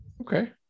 okay